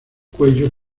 cuello